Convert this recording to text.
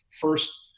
First